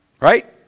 right